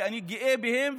כי אני גאה בהן,